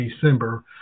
December